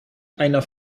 einer